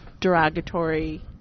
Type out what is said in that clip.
derogatory